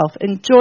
enjoy